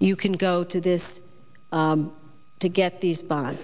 you can go to this to get these bo